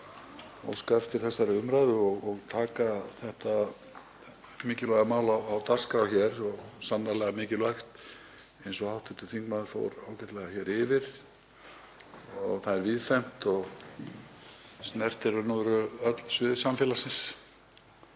að óska eftir þessari umræðu og taka þetta mikilvæga mál á dagskrá hér. Það er sannarlega mikilvægt, eins og hv. þingmaður fór ágætlega yfir. Það er víðfeðmt og snertir í raun og veru öll svið samfélagsins.